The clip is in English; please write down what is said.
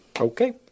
okay